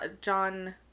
John